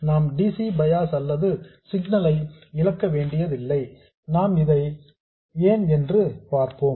நாம் dc bias அல்லது signal ஐ இழக்க வேண்டியதில்லை நாம் இதை ஏன் என்று பார்ப்போம்